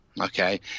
Okay